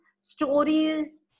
stories